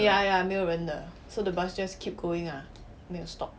ya ya 没有人的 so the bus just keep going ah 没有 stop